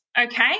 okay